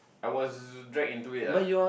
I was dragged into it lah